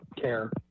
care